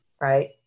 right